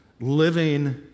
living